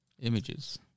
Images